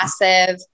massive